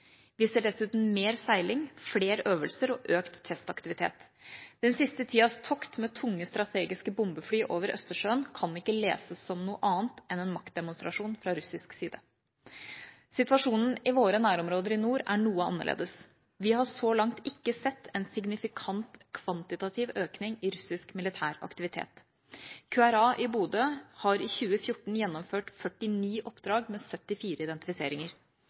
Vi ser dessuten mer seiling, flere øvelser og økt testaktivitet. Den siste tidas tokt med tunge strategiske bombefly over Østersjøen kan ikke leses som noe annet enn en maktdemonstrasjon fra russisk side. Situasjonen i våre nærområder i nord er noe annerledes. Vi har så langt ikke sett en signifikant kvantitativ økning i russisk militæraktivitet. QRA i Bodø har i 2014 gjennomført 49 oppdrag med 74 identifiseringer.